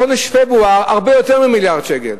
בחודש פברואר, הרבה יותר ממיליארד שקל.